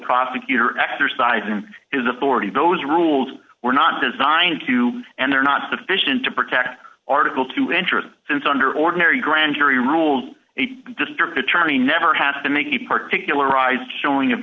prosecutor exercising his authority those rules were not designed to and they're not sufficient to protect article to ensure that since under ordinary grand jury rules a district attorney never has to make a particular rise showing of